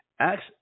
Acts